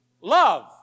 Love